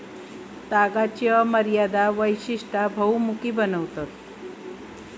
तागाची अमर्याद वैशिष्टा बहुमुखी बनवतत